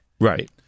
Right